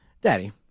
Daddy